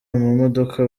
amamodoka